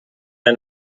der